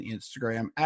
Instagram